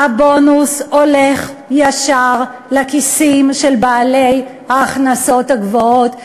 הבונוס הולך ישר לכיסים של בעלי ההכנסות הגבוהות,